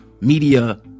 media